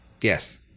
Yes